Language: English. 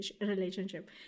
relationship